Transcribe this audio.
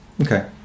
Okay